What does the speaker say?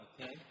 okay